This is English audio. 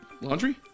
Laundry